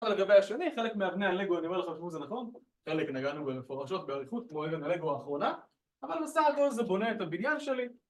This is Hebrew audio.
אבל לגבי השני, חלק מאבני הלגו, אני אומר לך אם זה נכון חלק נגענו מפורשות, באריכות, כמו אבן הלגו האחרונה, אבל בסך הכל זה בונה את הבניין שלי